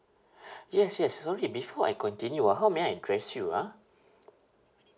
yes yes sorry before I continue ah how may I address you ah